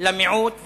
למיעוט ולשונה.